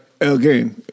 again